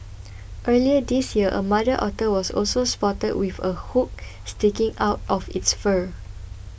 earlier this year a mother otter was also spotted with a hook sticking out of its fur